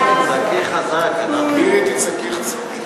סעיף 3 התקבל כנוסח הוועדה.